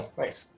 nice